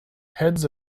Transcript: heads